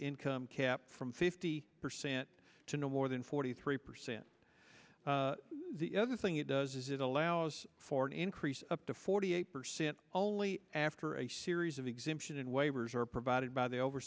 income cap from fifty percent to no more than forty three percent the other thing it does is it allows for an increase up to forty eight percent only after a series of exemptions and waivers are provided by the over